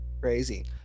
Crazy